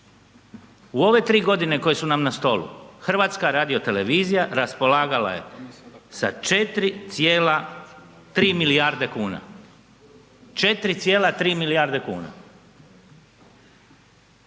U ove tri godine koje su nam stolu, HRT raspolagala je sa 4,3 milijarde kuna, 4,3 milijarde kuna